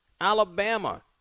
Alabama